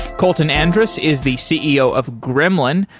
kolton andrus is the ceo of gremlin.